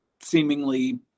seemingly